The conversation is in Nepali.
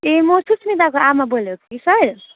ए म सुस्मिताको आमा बोलेको कि सर